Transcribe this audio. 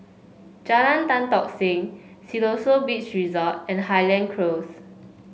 Jalan Tan Tock Seng Siloso Beach Resort and Highland Close